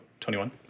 21